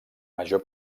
major